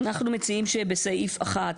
אנחנו מציעים שבסעיף (1),